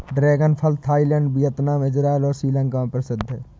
dragon फल Thailand, Vietnam, Israel और श्रीलंका में प्रसिद्ध है